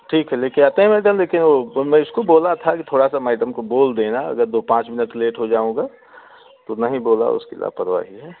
ठीक है ले कर आता हूँ मैडम लेकिन वो और मैं इसको बोला था कि थोड़ा सा मइडम को बोल देना अगर दो पाँच मिनट लेट हो जाऊँ मैं तो नहीं बोला उसकी लापरवाही है